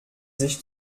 sich